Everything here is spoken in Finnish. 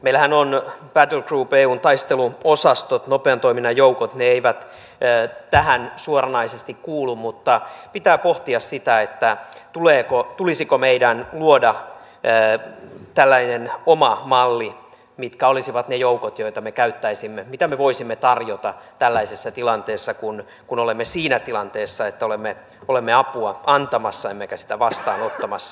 meillähän on battlegroup eun taisteluosastot nopean toiminnan joukot jotka eivät tähän suoranaisesti kuulu mutta pitää pohtia sitä tulisiko meidän luoda tällainen oma malli mitkä olisivat ne joukot joita me käyttäisimme mitä me voisimme tarjota tällaisessa tilanteessa kun olemme siinä tilanteessa että olemme apua antamassa emmekä sitä vastaanottamassa